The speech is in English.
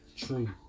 True